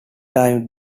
times